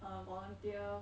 uh volunteer